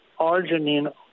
arginine